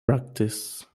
practice